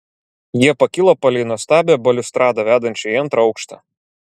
jie pakilo palei nuostabią baliustradą vedančią į antrą aukštą